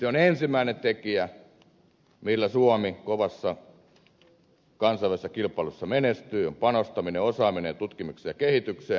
se ensimmäinen tekijä millä suomi kovassa kansainvälisessä kilpailussa menestyy on panostaminen osaamiseen tutkimukseen ja kehitykseen